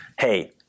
hey